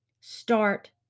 Start